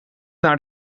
naar